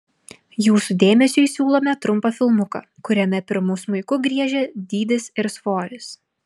jūsų dėmesiui siūlome trumpą filmuką kuriame pirmu smuiku griežia dydis ir svoris